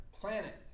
planet